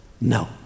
no